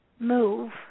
Move